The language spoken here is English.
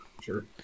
Sure